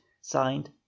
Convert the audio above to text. signed